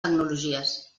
tecnologies